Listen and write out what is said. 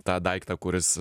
tą daiktą kuris